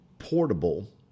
portable